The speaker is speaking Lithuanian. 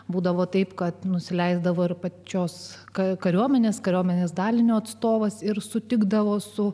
būdavo taip kad nusileisdavo ir pačios kai kariuomenės kariuomenės dalinio atstovas ir sutikdavo su